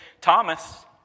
Thomas